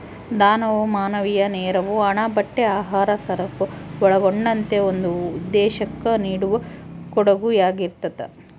ದಾನವು ಮಾನವೀಯ ನೆರವು ಹಣ ಬಟ್ಟೆ ಆಹಾರ ಸರಕು ಒಳಗೊಂಡಂತೆ ಒಂದು ಉದ್ದೇಶುಕ್ಕ ನೀಡುವ ಕೊಡುಗೆಯಾಗಿರ್ತದ